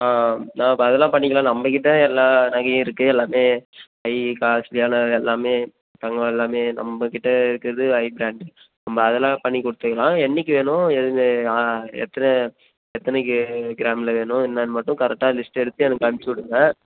ஆ நான் இப்போ அதெல்லாம் பண்ணிக்கலாம் நம்ம கிட்ட எல்லா நகையும் இருக்குது எல்லாமே ஹை காஸ்ட்லியான எல்லாமே தங்கம் எல்லாமே நம்ப கிட்ட இருக்கிறது ஹை ப்ராண்டிங்ஸ் நம்ம அதெல்லாம் பண்ணிக் கொடுத்துருக்குறோம் என்றைக்கி வேணும் எது ஆ எத்தனை எத்தனைக்கி கிராமில் வேணும் என்னன்னு மட்டும் கரெக்டாக லிஸ்ட் எடுத்து எனக்கு அனுப்பிச்சு விடுங்க